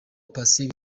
patient